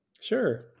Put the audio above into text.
Sure